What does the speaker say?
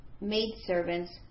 maidservants